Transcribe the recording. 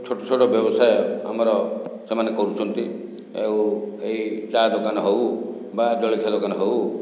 ଛୋଟ ଛୋଟ ବ୍ୟବସାୟ ଆମର ସେମାନେ କରୁଛନ୍ତି ଓ ଏହି ଚା ଦୋକାନ ହେଉ ବା ଜଳଖିଆ ଦୋକାନ ହେଉ